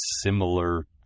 similar